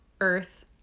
earth